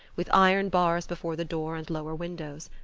with iron bars before the door and lower windows.